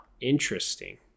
interesting